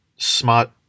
smart